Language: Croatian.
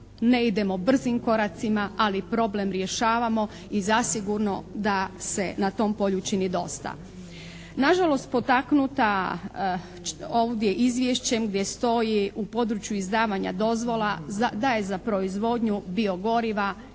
ne idemo brzim koracima, ali problem rješavamo i zasigurno da se na tom polju čini dosta. Na žalost potaknuta ovdje izvješćem gdje stoji u području izdavanja dozvola da je za proizvodnju bio-goriva izdano